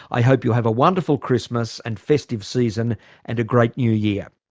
i hope you have a wonderful christmas and festive season and a great new year